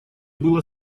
было